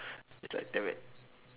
it's like dammit